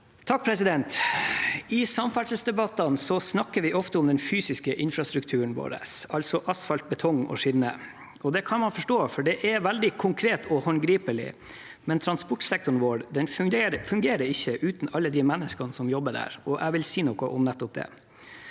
I samferdselsde- battene snakker vi ofte om den fysiske infrastrukturen vår, altså asfalt, betong og skinner. Det kan man forstå, for det er veldig konkret og håndgripelig. Men transportsektoren vår fungerer ikke uten alle de menneskene som jobber der, og jeg vil si noe om nettopp det.